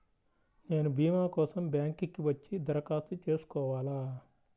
నేను భీమా కోసం బ్యాంక్కి వచ్చి దరఖాస్తు చేసుకోవాలా?